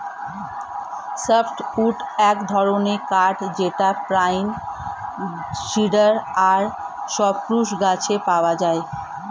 soft wood এক ধরনের কাঠ যেটা পাইন, সিডার আর সপ্রুস গাছে পাওয়া যায়